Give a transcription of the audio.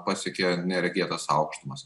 pasiekė neregėtas aukštumas